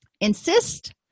Insist